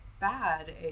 bad